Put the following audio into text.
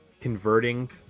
converting